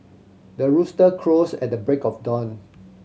the rooster crows at the break of dawn